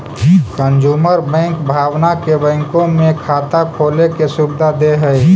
consumer bank भावना के बैंकों में खाता खोले के सुविधा दे हइ